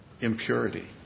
impurity